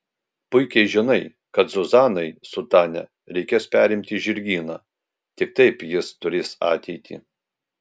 puikiai žinai kad zuzanai su tania reikės perimti žirgyną tik taip jis turės ateitį